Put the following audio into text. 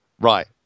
right